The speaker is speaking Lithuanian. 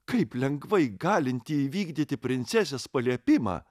kaip lengvai galinti įvykdyti princesės paliepimą